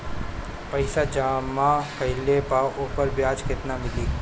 पइसा जमा कइले पर ऊपर ब्याज केतना मिली?